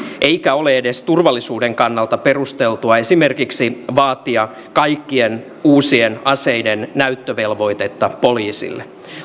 eikä ole edes turvallisuuden kannalta perusteltua esimerkiksi vaatia kaikkien uusien aseiden näyttövelvoitetta poliisille